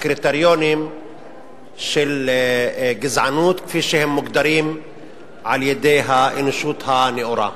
בקריטריונים של גזענות כפי שהם מוגדרים על-ידי האנושות הנאורה.